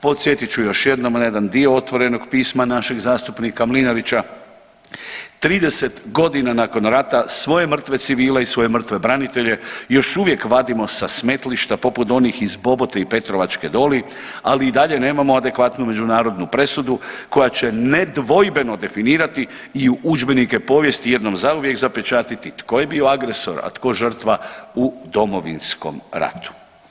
Podsjetit ću još jednom na jedan dio otvorenog pisma našeg zastupnika Mlinarića, 30.g. nakon rata svoje mrtve civile i svoje mrtve branitelje još uvijek vadimo sa smetlišta poput onih iz Bobote i Petrovačke doli, ali i dalje nemamo adekvatnu međunarodnu presudu koja će nedvojbeno definirati i u udžbenike povijesti jednom zauvijek zapečatiti tko je bio agresor, a tko žrtva u Domovinskom ratu.